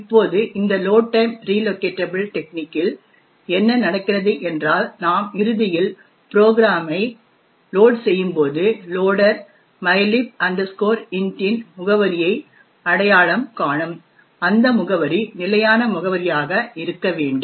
இப்போது இந்த load time relocatable டெக்னிக்கில் என்ன நடக்கிறது என்றால் நாம் இறுதியில் புரோகிராமை லோட் செய்யும் போது லோடர் mylib int இன் முகவரியை அடையாளம் காணும் அந்த முகவரி நிலையான முகவரியாக இருக்க வேண்டும்